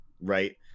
right